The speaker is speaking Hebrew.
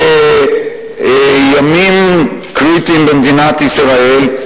בימים קריטיים במדינת ישראל,